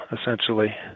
essentially